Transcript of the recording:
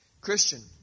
Christian